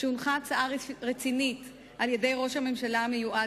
שהונחה הצעה רצינית על-ידי ראש הממשלה המיועד